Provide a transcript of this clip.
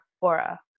aura